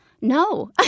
No